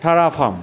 थारा फाम